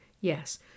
Yes